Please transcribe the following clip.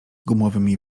gumowymi